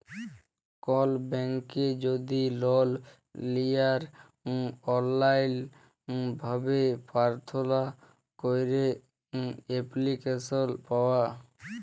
call ব্যাংকে যদি loan লিয়ার অললাইল ভাবে পার্থনা ক্যইরে এপ্লিক্যাসল পাউয়া